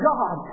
God